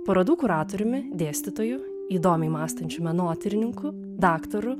parodų kuratoriumi dėstytoju įdomiai mąstančiu menotyrininku daktaru